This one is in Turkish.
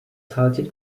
tatil